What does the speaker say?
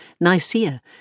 Nicaea